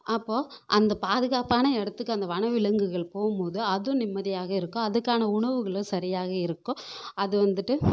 அப்போது அந்த பாதுகாப்பான இடத்துக்கு அந்த வனவிலங்குகள் போகும் போது அதுவும் நிம்மதியாக இருக்கும் அதுக்கான உணவுகளும் சரியாக இருக்கும் அது வந்துட்டு